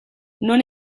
non